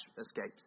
escapes